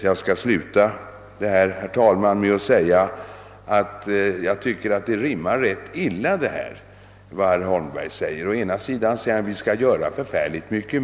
Jag skall sluta, herr talman, med att säga att herr Holmbergs uttalanden rimmar ganska illa med varandra. Först säger han att vi skall göra mycket mer än vi gör.